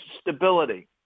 stability